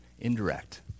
indirect